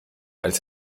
als